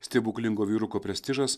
stebuklingo vyruko prestižas